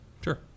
Sure